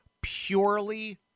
purely